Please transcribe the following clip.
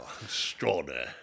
Extraordinary